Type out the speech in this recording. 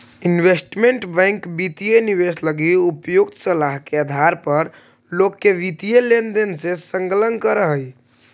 investment bank वित्तीय निवेश लगी उपयुक्त सलाह के आधार पर लोग के वित्तीय लेनदेन में संलग्न करऽ हइ